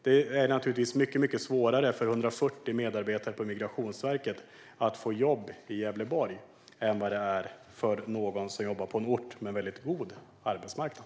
Det är naturligtvis mycket svårare för 140 medarbetare på Migrationsverket att få jobb i Gävleborg än det är för någon som jobbar på en ort med en god arbetsmarknad.